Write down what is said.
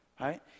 Right